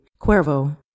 Cuervo